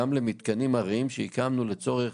גם למתקנים ארעיים שהקמנו לצורך